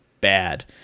bad